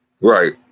Right